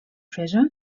treasure